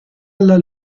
alla